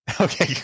okay